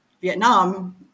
Vietnam